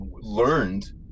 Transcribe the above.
learned